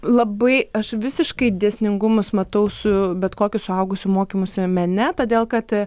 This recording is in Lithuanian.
labai aš visiškai dėsningumus matau su bet kokiu suaugusių mokymusi mene todėl kad